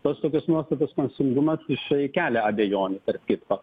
tos tokios nuostatos koncingumas jisai kelia abejonių tarp kitko